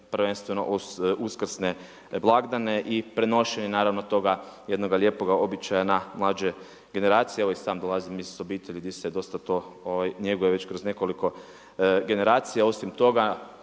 prvenstveno uz uskrsne blagdane i prenošenje naravno toga jednoga lijepoga običaja na mlađe generacije. Evo i sam dolazim iz obitelji gdje se to dosta njeguje već kroz nekoliko generacija. Osim toga